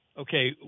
Okay